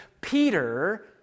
Peter